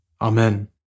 Amen